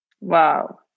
Wow